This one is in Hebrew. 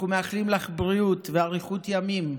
אנחנו מאחלים לך בריאות ואריכות ימים.